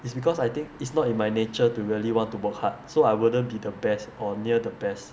it's because I think it's not in my nature to really want to work hard so I wouldn't be the best or near the best